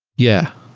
yeah.